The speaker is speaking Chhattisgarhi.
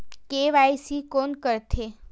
के.वाई.सी कोन करथे?